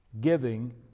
giving